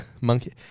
Monkey